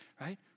right